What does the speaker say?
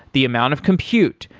the amount of compute,